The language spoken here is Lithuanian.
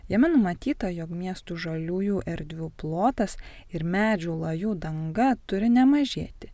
jame numatyta jog miestų žaliųjų erdvių plotas ir medžių lajų danga turi nemažėti